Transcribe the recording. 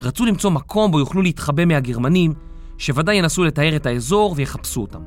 רצו למצוא מקום בו יוכלו להתחבא מהגרמנים שוודאי ינסו לתאר את האזור ויחפשו אותם.